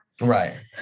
Right